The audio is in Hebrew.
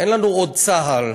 אין לנו עוד צה"ל.